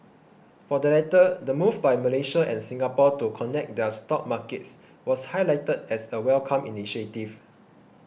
for the latter the move by Malaysia and Singapore to connect their stock markets was highlighted as a welcomed initiative